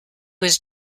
was